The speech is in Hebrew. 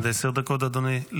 עד עשר דקות לרשותך,